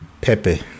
Pepe